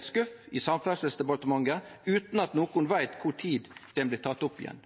skuff i Samferdselsdepartementet, utan at nokon veit når ho blir teken opp igjen.